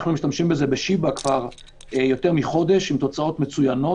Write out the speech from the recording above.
אנחנו משתמשים בזה בשיבא כבר יותר מחודש עם תוצאות מצוינות,